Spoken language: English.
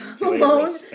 alone